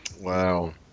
Wow